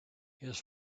his